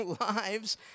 lives